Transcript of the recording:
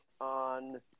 on